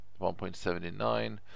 1.79